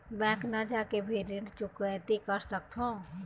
Bank न जाके भी ऋण चुकैती कर सकथों?